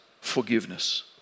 forgiveness